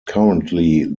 currently